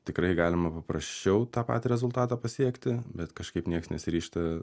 tikrai galima paprasčiau tą patį rezultatą pasiekti bet kažkaip nieks nesiryžta